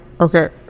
Okay